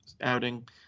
outing